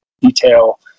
detail